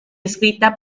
escrita